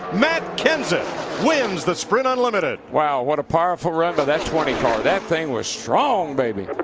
matt kenseth wins the sprint unlimited wow. what a powerful run by that twenty car. that thing was strong, baby